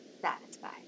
satisfied